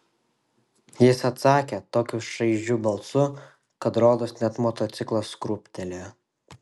jis atsakė tokiu šaižiu balsu kad rodos net motociklas krūptelėjo